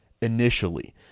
initially